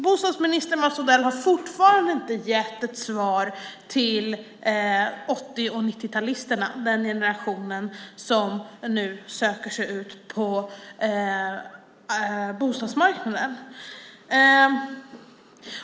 Bostadsminister Mats Odell har fortfarande inte gett ett svar till 80 och 90-talisterna - den generation som nu söker sig ut på bostadsmarknaden.